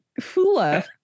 fula